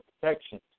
protections